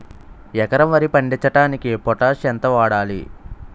ఎకరం వరి పండించటానికి పొటాష్ ఎంత వాడాలి?